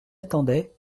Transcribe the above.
attendait